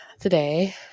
today